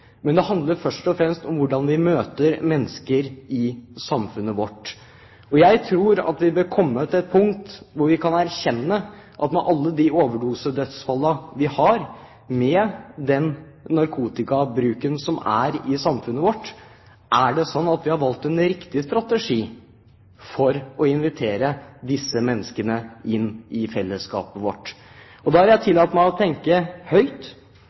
men det handler først og fremst om hvordan vi møter mennesker i samfunnet vårt. Jeg tror at vi bør komme til et punkt hvor vi kan erkjenne at med alle de overdosedødsfallene vi har, med den narkotikabruken som er i samfunnet vårt, er det da slik at vi har valgt en riktig strategi for å invitere disse menneskene inn i fellesskapet vårt? Da har jeg tillatt meg å tenke høyt,